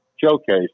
showcase